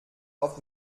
auf